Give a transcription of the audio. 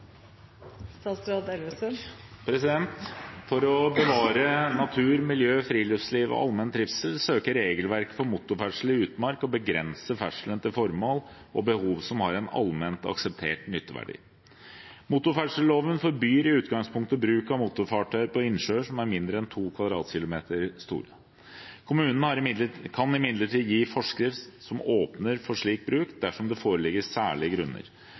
For å bevare natur, friluftsliv og allmenn trivsel søker regelverket for motorferdsel i utmark å begrense ferdselen til formål og behov som har en allment akseptert nytteverdi. Motorferdselloven forbyr i utgangspunktet bruk av motorfartøy på innsjøer som er mindre enn 2 km 2 store. Kommunen kan imidlertid gi forskrift som åpner for slik bruk, dersom det foreligger «særlige grunner».